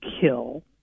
kill